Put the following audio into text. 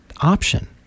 option